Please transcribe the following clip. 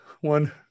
One